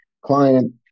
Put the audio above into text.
client